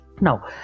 now